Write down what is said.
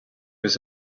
was